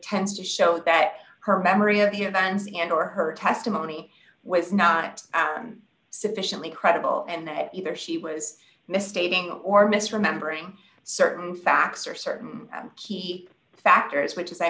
tends to show that her memory of your events and or her testimony was not out sufficiently credible and that either she was misstating or mis remembering certain facts or certain key factors which as i